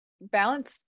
balance